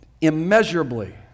immeasurably